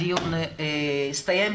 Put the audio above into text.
הדיון הסתיים.